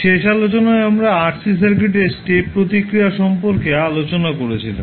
শেষ আলোচনায় আমরা RC সার্কিট এর স্টেপ প্রতিক্রিয়া সম্পর্কে আলোচনা করছিলাম